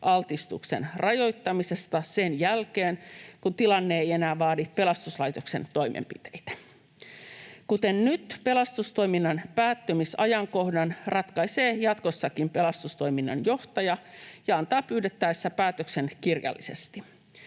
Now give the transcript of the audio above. altistuksen rajoittamisesta sen jälkeen, kun tilanne ei enää vaadi pelastuslaitoksen toimenpiteitä. Kuten nyt, pelastustoiminnan päättymisajankohdan ratkaisee jatkossakin pelastustoiminnan johtaja ja antaa pyydettäessä päätöksen kirjallisesti.